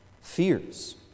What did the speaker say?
fears